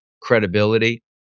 credibility